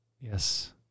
Yes